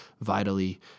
vitally